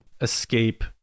escape